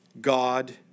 God